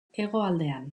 hegoaldean